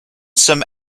some